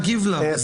אני רוצה להגיב לה.